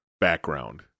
background